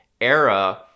era